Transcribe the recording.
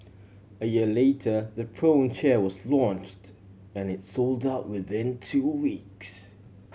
a year later the Throne chair was launched and it sold out within two weeks